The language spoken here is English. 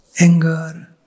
anger